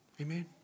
Amen